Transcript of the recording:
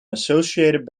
associated